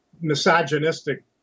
misogynistic